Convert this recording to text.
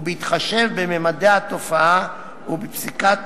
ובהתחשב בממדי התופעה ובפסיקת